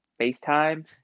FaceTime